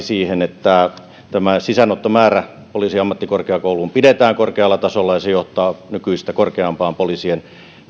siihen että tämä sisäänottomäärä poliisiammattikorkeakouluun pidetään korkealla tasolla ja se johtaa nykyistä korkeampaan poliisien määrään